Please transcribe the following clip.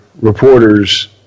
reporters